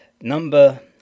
number